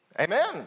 Amen